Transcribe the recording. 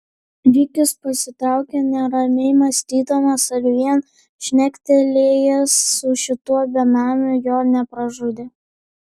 rikis pasitraukė neramiai mąstydamas ar vien šnektelėjęs su šituo benamiu jo nepražudė